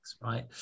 right